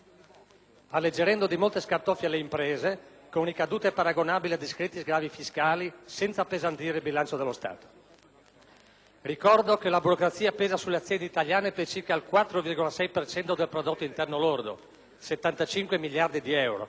alleggerendo di molte scartoffie le imprese, con ricadute paragonabili a discreti sgravi fiscali, senza appesantire il bilancio dello Stato. Ricordo che la burocrazia pesa sulle aziende italiane per circa il 4,6 per cento del prodotto interno lordo (75 miliardi di euro).